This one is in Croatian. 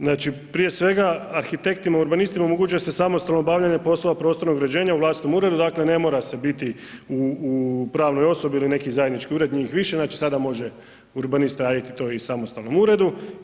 Znači prije svega arhitektima urbanistima omogućuje se samostalno obavljanje poslova prostornog uređenja u vlastitom uredu, dakle ne mora se biti u pravnoj osobi ili neki zajednički ured, njih više, znači sada može urbanist raditi to i u samostalnom uredu.